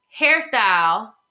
hairstyle